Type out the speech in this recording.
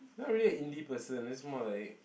not really an indie person just more like